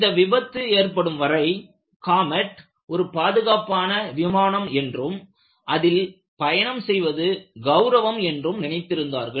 இந்த விபத்து ஏற்படும் வரை காமெட் ஒரு பாதுகாப்பான விமானம் என்றும் அதில் பயணம் செய்வது கெளரவம் என்றும் நினைத்திருந்தார்கள்